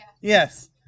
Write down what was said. Yes